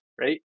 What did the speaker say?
right